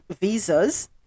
visas